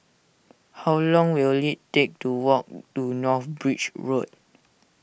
how long will it take to walk to North Bridge Road